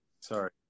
Sorry